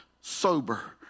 sober